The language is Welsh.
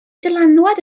dylanwad